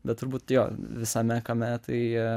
bet turbūt jo visame kame tai